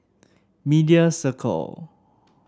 Media Circle